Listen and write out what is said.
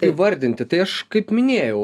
įvardinti tai aš kaip minėjau